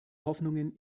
hoffnungen